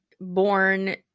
born